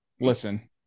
listen